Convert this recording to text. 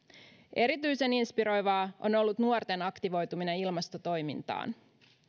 erityisen inspiroivaa on ollut nuorten aktivoituminen ilmastotoimintaan